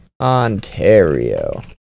Ontario